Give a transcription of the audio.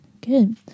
Good